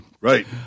Right